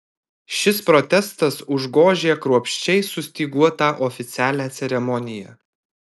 šis protestas užgožė kruopščiai sustyguotą oficialią ceremoniją